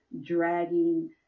dragging